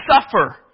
suffer